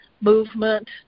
movement